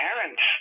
parents